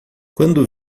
quando